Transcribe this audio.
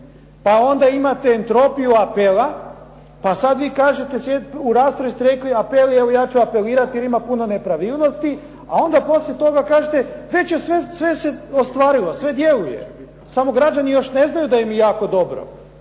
Pa onda imate entropiju apela, pa sad vi kažete, u raspravi ste rekli apel, evo ja ću apelirati jer ima puno nepravilnosti, a onda poslije toga kažete već je sve se ostvarilo, sve djeluje samo građani još ne znaju da im je jako dobro.